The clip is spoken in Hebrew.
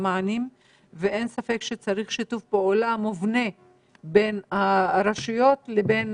אין ספק שצריך שיתוף פעולה מובנה בין הרשויות לבין